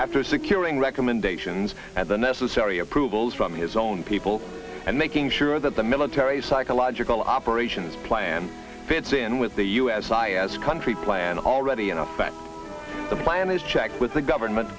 after securing recommendations and the necessary approvals from his own people and making sure that the military psychological operations plan fits in with the u s i s country plan already in effect the plan is checked with the government